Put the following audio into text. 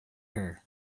her